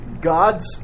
God's